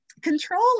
control